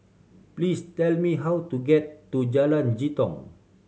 please tell me how to get to Jalan Jitong